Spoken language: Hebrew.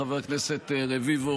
חבר הכנסת רביבו,